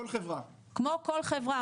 כמו כל חברה.